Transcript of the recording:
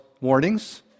warnings